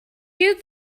use